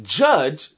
judge